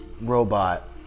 robot